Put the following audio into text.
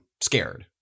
scared